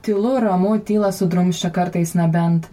tylu ramu tylą sudrumsčia kartais na bent